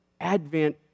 Advent